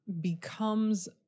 becomes